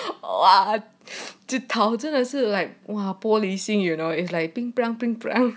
!wah! 真的是 like !wah! 玻璃心 you know